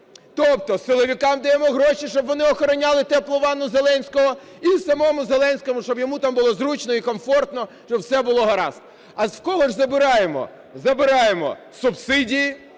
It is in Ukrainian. Тобто силовикам даємо гроші, щоб вони охороняли теплу ванну Зеленського і самому Зеленському, щоб йому там було зручно і комфортно, щоб все було гаразд. А з кого ж забираємо? Забираємо субсидії,